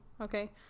okay